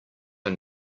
are